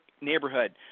neighborhood –